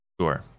Sure